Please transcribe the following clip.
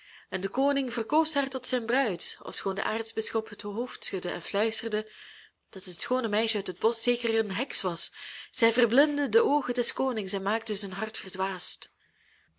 en de koning verkoos haar tot zijn bruid ofschoon de aartsbisschop het hoofd schudde en fluisterde dat het schoone meisje uit het bosch zeker een heks was zij verblindde de oogen des konings en maakte zijn hart verdwaasd